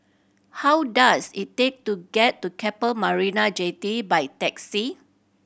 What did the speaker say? how does it take to get to Keppel Marina Jetty by taxi